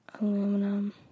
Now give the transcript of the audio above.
Aluminum